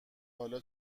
حالا